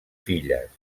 filles